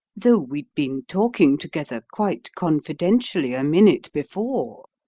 though we'd been talking together quite confidentially a minute before.